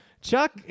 Chuck